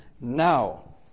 now